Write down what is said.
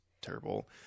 terrible